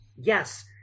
Yes